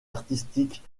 artistique